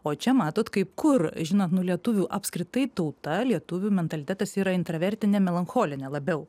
o čia matot kaip kur žinot nu lietuvių apskritai tauta lietuvių mentalitetas yra intravertinė melancholinė labiau